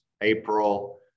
April